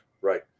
right